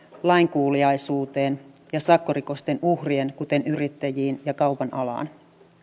lainkuuliaisuuteen ja sakkorikosten uhreihin kuten yrittäjiin ja kaupan alaan